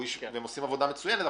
הם עושים עבודה מצוינת,